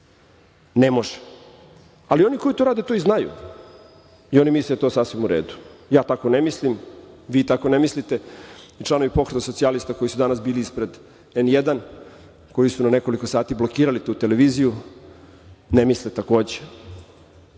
Ne može. Oni koji to rade to znaju i misle da je to sasvim uredu. Ja tako ne mislim, vi tako ne mislite. Članovi Pokreta socijalista koji su danas bili ispred N1 koji su na nekoliko sati blokirali tu televiziju ne misle takođe.